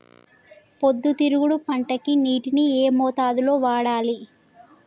పొద్దుతిరుగుడు పంటకి నీటిని ఏ మోతాదు లో వాడాలి?